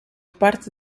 parte